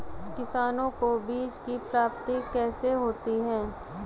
किसानों को बीज की प्राप्ति कैसे होती है?